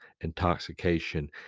intoxication